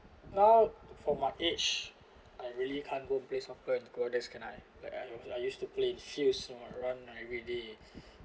now for my age I really can't go play soccer and go there's can I like I I used to play in fields or run like everyday